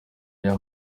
ibyo